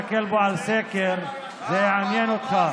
סקר, זה יעניין אותך.